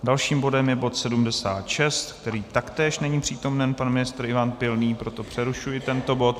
Dalším bodem je bod 76, kde taktéž není přítomen pan ministr Ivan Pilný, proto přerušuji tento bod.